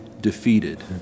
defeated